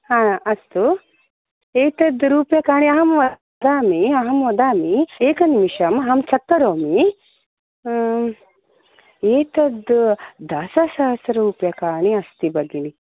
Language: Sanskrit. हा अस्तु एतत् रूप्यकानि अहं वदामि अहं वदामि एकनिमिषम् अहं चक् करोमि एतत् दशसहस्ररूप्यकाणि अस्ति भगिनी